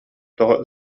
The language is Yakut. тоҕо